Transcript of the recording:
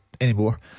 anymore